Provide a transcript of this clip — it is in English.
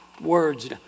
words